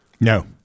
No